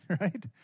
right